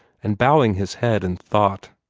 and bowing his head in thought.